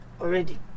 already